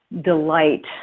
delight